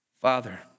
Father